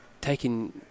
taking